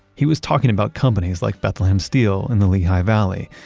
he was talking about companies like bethlehem steel in the lehigh valley,